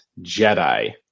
Jedi